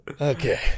okay